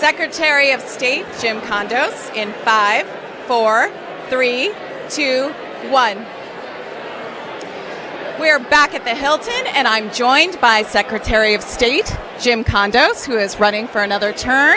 secretary of state jim condos in five four three two one we're back at the hilton and i'm joined by secretary of state jim condo's who is running for another term